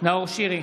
נאור שירי,